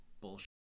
bullshit